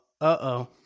Uh-oh